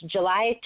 July